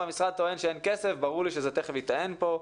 והמשרד טוען שאין כסף ברור לי שזה תיכף ייטען פה.